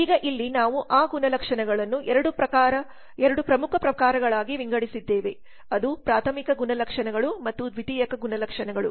ಈಗ ಇಲ್ಲಿ ನಾವು ಆ ಗುಣಲಕ್ಷಣಗಳನ್ನು 2 ಪ್ರಮುಖ ಪ್ರಕಾರಗಳಾಗಿ ವಿಂಗಡಿಸಿದ್ದೇವೆ ಅದು ಪ್ರಾಥಮಿಕ ಗುಣಲಕ್ಷಣಗಳು ಮತ್ತು ದ್ವಿತೀಯಕ ಗುಣಲಕ್ಷಣಗಳು